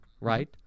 Right